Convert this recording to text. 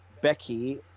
becky